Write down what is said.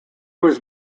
was